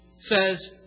says